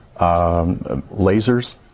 lasers